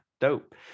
dope